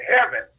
heaven